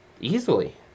easily